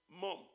mom